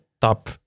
top